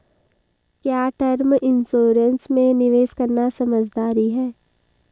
क्या term insurance में निवेश करना समझदारी है?